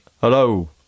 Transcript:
hello